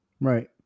Right